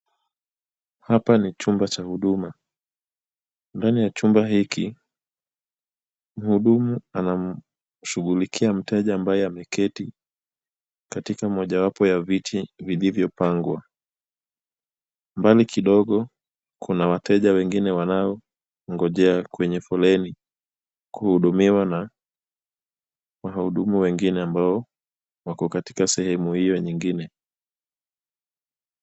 Hapa ni chumba cha huduma. Ndani ya chumba hiki, mhudumu anamshughulikia mteja ambaye ameketi katika moja wapo ya viti vilivyopangwa. Mbali kidogo kuna wateja wengine wanaongejea kwenye foleni kuhudumiwa na wahudumu wengine ambao wako katika sehemu hiyo nyingine